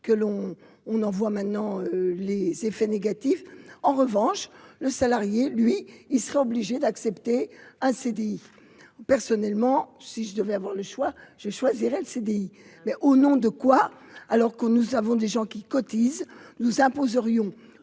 que l'on on en voit maintenant les effets négatifs, en revanche, le salarié, lui, il sera obligé d'accepter dit personnellement, si je devais avoir le choix, je choisirais le CDI mais au nom de quoi alors que nous avons des gens qui cotisent nous imposerions